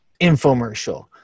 infomercial